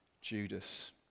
Judas